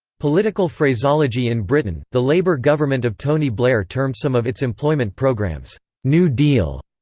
political phraseology in britain, the labour government of tony blair termed some of its employment programs new deal,